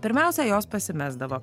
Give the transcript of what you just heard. pirmiausia jos pasimesdavo